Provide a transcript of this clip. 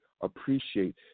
appreciate